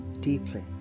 deeply